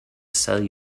sell